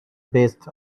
based